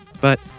but,